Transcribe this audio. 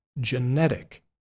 genetic